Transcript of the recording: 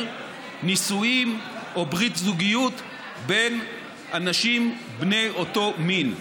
נישואים או ברית זוגיות בין אנשים בני אותו מין.